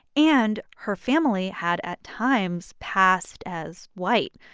and her family had, at times, passed as white.